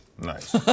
Nice